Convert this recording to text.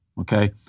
Okay